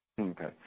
Okay